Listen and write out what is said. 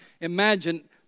Imagine